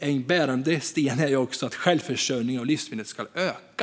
En bärande sten är också att självförsörjningen av livsmedel ska öka.